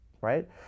right